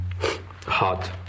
hot